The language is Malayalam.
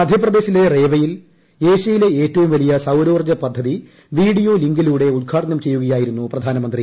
മധ്യപ്രദേശിലെ റേവയിൽ ഏഷ്യയിലെ ഏറ്റവും വലിയ സൌരോർജ്ജ പദ്ധതി വീഡിയോ ലിങ്കിലൂടെ ഉദ്ഘാട്ടുന്നു ചെയ്യുകയായിരുന്നു പ്രധാനമന്ത്രി